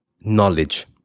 knowledge